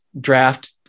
draft